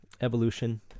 evolution